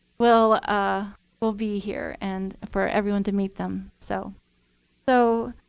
will ah will be here, and for everyone to meet them. so so